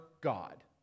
God